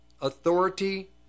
authority